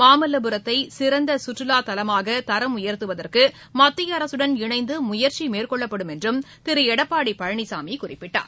மாமல்வபுரத்தை சிறந்த கற்றுலா தலமாக தரம் உயர்த்துவதற்கு மத்திய அரசுடன் இணைந்து முயற்சி மேற்கொள்ளப்படும் என்று திரு எடப்பாடி பழனிசாமி குறிப்பிட்டார்